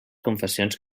confessions